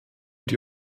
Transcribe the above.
die